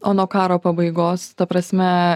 o nuo karo pabaigos ta prasme